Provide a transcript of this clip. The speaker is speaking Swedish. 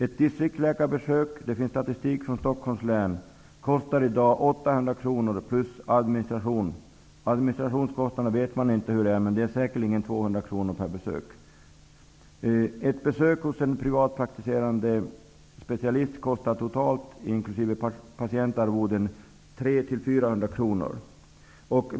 Det finns statistik från Stockholms län som visar att ett distriktsläkarbesök i dag kostar 800 kronor plus kostnaden för administrationen. Man vet inte hur stora administrationskostnaderna är i dag, men de är säkert 200 kronor per besök. Ett besök hos en privatpraktiserande specialist kostar totalt, inkl.